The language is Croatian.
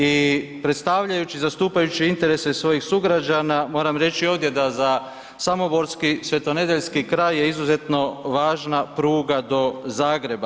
I predstavljajući zastupajući interese svojih sugrađana moram reći ovdje da za samoborski, svetonedeljski kraj je izuzetno važna pruga do Zagreba.